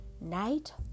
Night